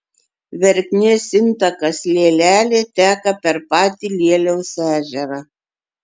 verknės intakas lielelė teka per patį lieliaus ežerą